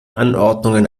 anordnungen